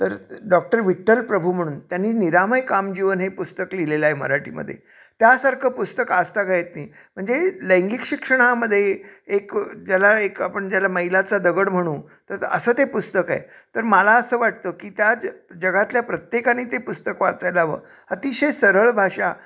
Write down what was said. तर डॉक्टर विठ्ठल प्रभू म्हणून त्यांनी निरामय कामजीवन हे पुस्तक लिहिलेलं आहे मराठीमध्ये त्यासारखं पुस्तक आजतागायत नाही म्हणजे लैंगिक शिक्षणामध्ये एक ज्याला एक आपण ज्याला मैलाचा दगड म्हणू तर असं ते पुस्तक आहे तर मला असं वाटतं की त्या ज जगातल्या प्रत्येकाने ते पुस्तक वाचायला हवं अतिशय सरळ भाषा